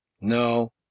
No